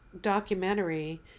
documentary